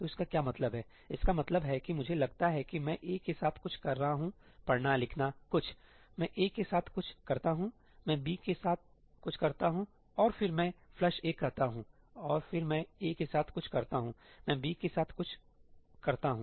तो इसका क्या मतलब है इसका मतलब है कि मुझे लगता है कि मैं a के साथ कुछ कर रहा हूं पढ़ना लिखना कुछ मैं 'a' के साथ कुछ करता हूं मैं 'b' के साथ कुछ करता हूं और फिर मैं 'flush ' कहता हूं और फिर मैं 'a' के साथ कुछ करता हूं मैं 'b' के साथ कुछ करता हूं